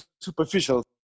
superficial